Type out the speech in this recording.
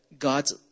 God's